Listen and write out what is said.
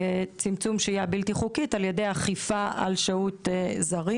וצמצום שהייה בלתי חוקית על ידי אכיפה על שהות זרים.